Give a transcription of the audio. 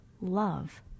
love